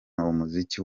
umuziki